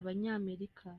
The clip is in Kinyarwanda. abanyamerika